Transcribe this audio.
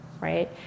right